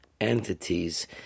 entities